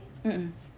mmhmm